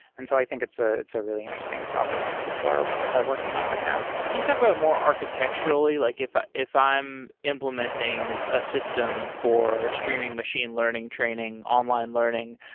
and so i think it's ah it's a really interesting problem that people are are working on right now can you talk about it more architecturally? like if ah if i'm implementing a system for streaming machine learning training, online learning,